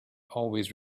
always